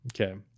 Okay